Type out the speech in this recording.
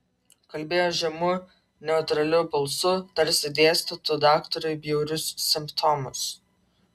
kalbėjo žemu neutraliu balsu tarsi dėstytų daktarui bjaurius simptomus